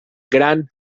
gran